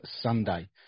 Sunday